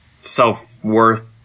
self-worth